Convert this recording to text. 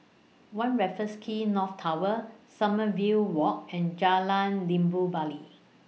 one Raffles Quay North Tower Sommerville Walk and Jalan Limau Bali